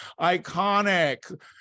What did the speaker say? iconic